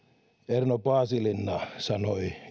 erno paasilinna sanoi